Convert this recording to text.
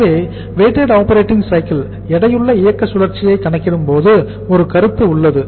எனவே weighted operating cycle அதாவது எடையுள்ள இயக்க சுழற்சியை கணக்கிடும் ஒரு கருத்து உள்ளது